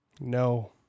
No